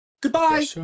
Goodbye